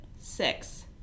six